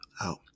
out